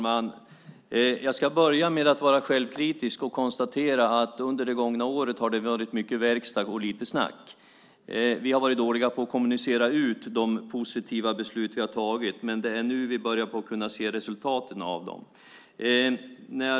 Fru talman! Jag ska börja med att vara självkritisk och konstatera att det under det gångna året har varit mycket verkstad och lite snack. Vi har varit dåliga på att kommunicera ut de positiva beslut vi har fattat. Det är nu vi börjar kunna se resultaten av dem.